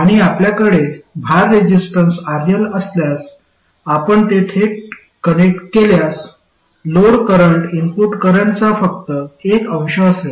आणि आपल्याकडे भार रेसिस्टन्स RL असल्यास आपण ते थेट कनेक्ट केल्यास लोड करंट इनपुट करंटचा फक्त एक अंश असेल